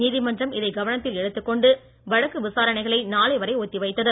நீதிமன்றம் இதை கவனத்தில் எடுத்துக்கொண்டு வழக்கு விசாரணைகளை நாளை வரை ஒத்தி வைத்தது